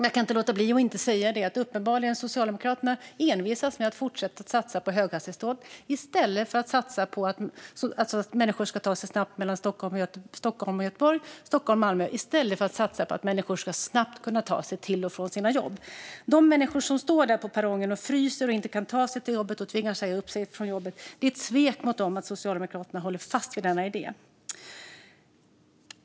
Jag kan inte låta bli att ta upp att Socialdemokraterna uppenbarligen fortsätter envisas med att satsa på höghastighetståg så att människor snabbt ska kunna ta sig mellan Stockholm och Göteborg eller Stockholm och Malmö i stället för att satsa på att människor snabbt ska kunna ta sig till och från sina jobb. Att Socialdemokraterna håller fast vid denna idé är ett svek mot de människor som står och fryser på perrongen och inte kan ta sig till jobbet utan tvingas säga upp sig.